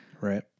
Right